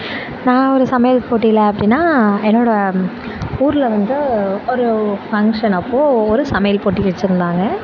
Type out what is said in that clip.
நான் ஒரு சமையல் போட்டியில் அப்படின்னா என்னோடய ஊரில் வந்து ஒரு ஃபங்க்ஷன் அப்போது ஒரு சமையல் போட்டி வச்சிருந்தாங்க